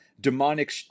demonic